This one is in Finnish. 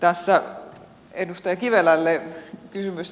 tässä edustaja kivelälle kysymys